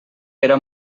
era